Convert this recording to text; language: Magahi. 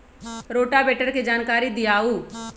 रोटावेटर के जानकारी दिआउ?